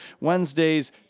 Wednesdays